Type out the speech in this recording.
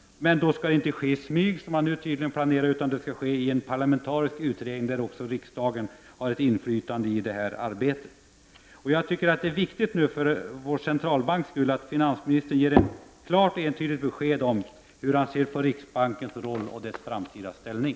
Men då skall det inte ske i smyg, som man tydligen planerar, utan det skall ske i en parlamentarisk utredning där också riksdagen har ett inflytande i arbetet. Det är viktigt för vår centralbanks skull att finansministern ger ett klart och entydigt besked om hur han ser på riksbankens roll och dess framtida ställning.